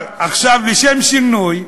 אבל עכשיו, לשם שינוי,